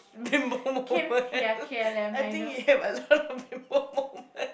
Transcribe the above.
bimbo moment I think you have a lot of bimbo moment